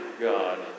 God